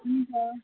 हुन्छ